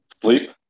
sleep